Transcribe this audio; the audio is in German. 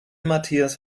matthias